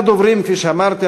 כמה דוברים, כפי שאמרתי.